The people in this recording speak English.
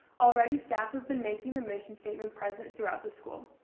already, staff have been making the mission statement present throughout the school.